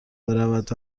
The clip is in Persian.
برود